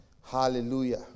Hallelujah